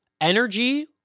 energy